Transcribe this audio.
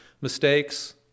mistakes